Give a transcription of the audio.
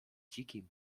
dzikim